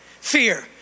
Fear